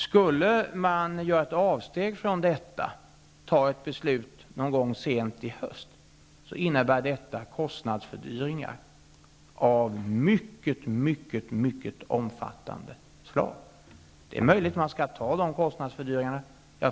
Om ett avsteg skulle göras från detta och ett beslut skulle fattas sent i höst, innebär det kostnadsfördyringar av mycket, mycket omfattande slag. Det är möjligt att de kostnadsfördyringarna skall accepteras.